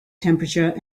temperature